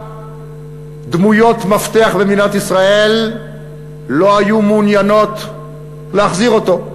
דמויות מפתח במדינת ישראל לא היו מעוניינות להחזיר אותו.